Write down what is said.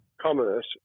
commerce